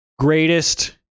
Greatest